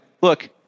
look